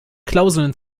klauseln